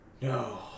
No